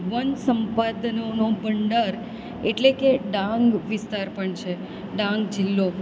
one સંપાદનોનો ભંડાર એટલે કે ડાંગ વિસ્તાર પણ છે ડાંગ જિલ્લો